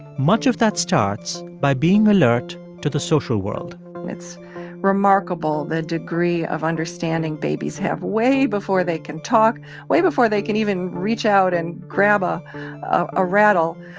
much of that starts by being alert to the social world it's remarkable the degree of understanding babies have way before they can talk way before they can even reach out and grab ah a rattle